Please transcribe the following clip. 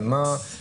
על מה מדובר,